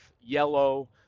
yellow